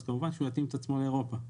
אז כמובן שהוא יתאים את עצמו לאירופה.